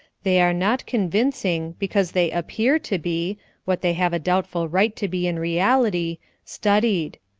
they are not convincing, because they appear to be what they have a doubtful right to be in reality studied.